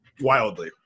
Wildly